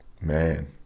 man